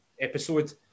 episode